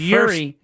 Yuri